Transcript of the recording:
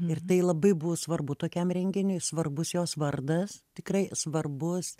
ir tai labai buvo svarbu tokiam renginiui svarbus jos vardas tikrai svarbus